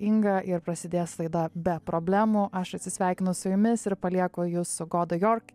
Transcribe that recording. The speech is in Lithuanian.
inga ir prasidės laida be problemų aš atsisveikinu su jumis ir palieku jus su goda jork